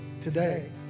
today